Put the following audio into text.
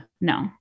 no